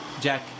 Jack